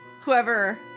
Whoever